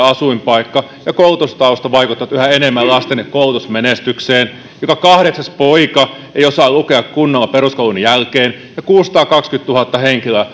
asuinpaikka ja koulutustausta vaikuttavat yhä enemmän lasten koulutusmenestykseen joka kahdeksas poika ei osaa lukea kunnolla peruskoulun jälkeen ja kuusisataakaksikymmentätuhatta henkilöä